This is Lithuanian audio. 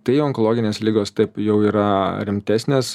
tai onkologinės ligos taip jau yra rimtesnės